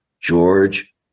George